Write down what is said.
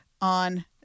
on